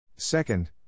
Second